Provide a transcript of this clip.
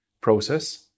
process